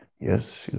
yes